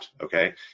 okay